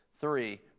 Three